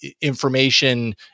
information